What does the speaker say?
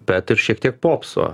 bet ir šiek tiek popso